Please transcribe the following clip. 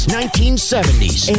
1970s